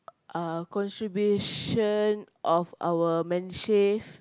uh contribution of our Medisave